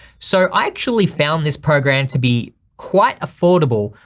so i actually found this program to be quite affordable,